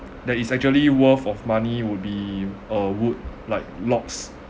that is actually worth of money would be uh wood like logs